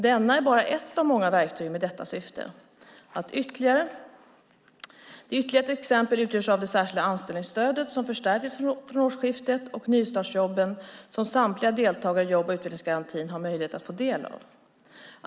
Denna är bara ett av många verktyg med detta syfte; ytterligare exempel är det särskilda anställningsstödet som förstärktes från årsskiftet och nystartsjobben som samtliga deltagare i jobb och utvecklingsgarantin har möjlighet att få del av.